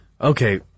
Okay